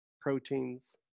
proteins